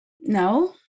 no